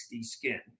skin